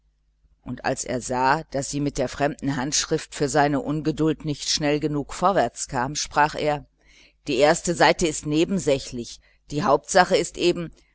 und als er sah daß sie mit der fremden handschrift für seine ungeduld nicht schnell genug vorwärts kam sprach er die erste seite ist nebensächlich die hauptsache ist eben